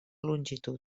longitud